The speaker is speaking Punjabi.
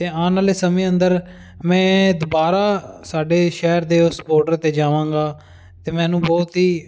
ਅਤੇ ਆਉਣ ਵਾਲੇ ਸਮੇਂ ਅੰਦਰ ਮੈਂ ਦੁਬਾਰਾ ਸਾਡੇ ਸ਼ਹਿਰ ਦੇ ਉਸ ਬੋਡਰ 'ਤੇ ਜਾਵਾਂਗਾ ਅਤੇ ਮੈਨੂੰ ਬਹੁਤ ਹੀ